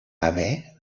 haver